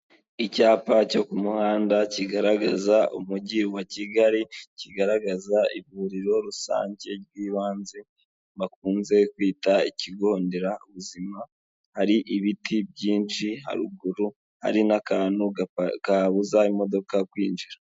Icyapa cyo ku muhanda kigaragaza umujyi wa Kigali, kigaragaza ivuriro rusange ry'ibanze bakunze kwita ikigo nderabuzima, hari ibiti byinshi haruguru hari n'akantu kabuza imodoka kwinjira.